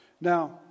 Now